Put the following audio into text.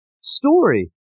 Story